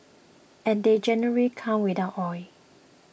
and they generally come without oil